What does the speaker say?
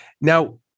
Now